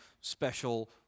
special